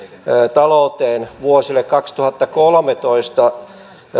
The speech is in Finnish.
talouteen vuosille kaksituhattakolmetoista